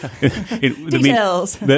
Details